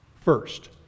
First